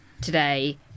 today